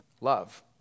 Love